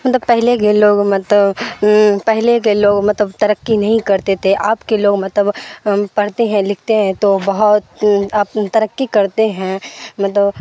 مطلب پہلے کے لوگ مطلب پہلے کے لوگ مطلب ترقی نہیں کرتے تھے آپ کے لوگ مطلب پڑھتے ہیں لکھتے ہیں تو بہت اپنے ترقی کرتے ہیں مطلب